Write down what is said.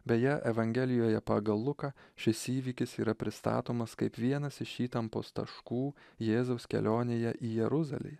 beje evangelijoje pagal luką šis įvykis yra pristatomas kaip vienas iš įtampos taškų jėzaus kelionėje į jeruzalę